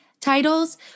titles